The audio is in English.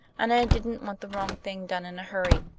and i didn't want the wrong thing done in a hurry.